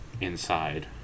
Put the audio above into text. inside